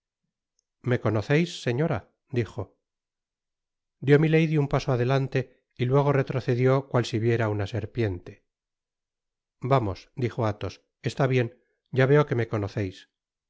me conoceis señora dijo dió milady un paso adelante y luego retrocedió cual si viera una serpiente vamos dijo athos está bien ya veo que me conoceis el